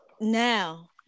now